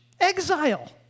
exile